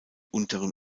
unteren